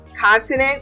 continent